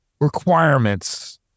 requirements